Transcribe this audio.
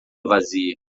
vazia